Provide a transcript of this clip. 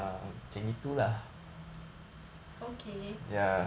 okay